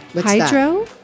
Hydro